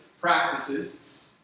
practices